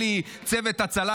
אלי: צוות הצלה,